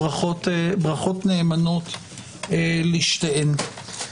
ברכות נאמנות לשתיהן.